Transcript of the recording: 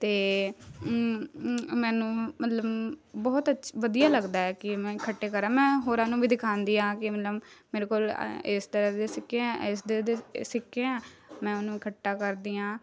ਅਤੇ ਮੈਨੂੰ ਮਤਲਬ ਬਹੁਤ ਅੱਛ ਵਧੀਆ ਲੱਗਦਾ ਕਿ ਮੈਂ ਇਕੱਠੇ ਕਰਾਂ ਮੈਂ ਹੋਰਾਂ ਨੂੰ ਵੀ ਦਿਖਾਉਂਦੀ ਹਾਂ ਕਿ ਮਤਲਬ ਮੇਰੇ ਕੋਲ ਅ ਇਸ ਤਰ੍ਹਾਂ ਦੇ ਸਿੱਕੇ ਐਂ ਇਸ ਦੇਸ਼ ਦੇ ਸਿੱਕੇ ਐਂ ਮੈਂ ਉਹਨੂੰ ਇਖੱਟਾ ਕਰਦੀ ਹਾਂ